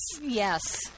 Yes